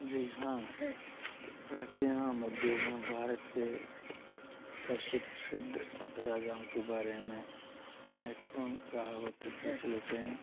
जी हाँ प्राचीन और मध्य युग में भारत के सबसे प्रसिद्ध राजाओं के बारे में महत्वपूर्ण कहावतें प्रचलित हैं